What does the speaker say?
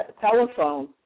telephone